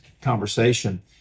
conversation